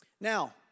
Now